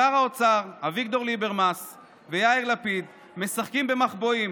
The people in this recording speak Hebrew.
שר האוצר אביגדור ליברמס ויאיר לפיד משחקים במחבואים